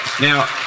Now